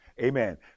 Amen